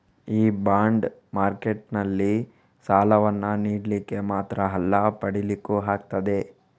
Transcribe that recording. ಈ ಬಾಂಡ್ ಮಾರ್ಕೆಟಿನಲ್ಲಿ ಸಾಲವನ್ನ ನೀಡ್ಲಿಕ್ಕೆ ಮಾತ್ರ ಅಲ್ಲ ಪಡೀಲಿಕ್ಕೂ ಆಗ್ತದೆ